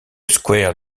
square